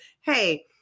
Hey